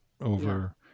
over